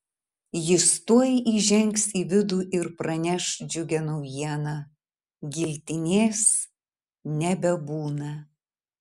jis tuoj įžengs į vidų ir praneš džiugią naujieną giltinės nebebūna